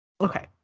Okay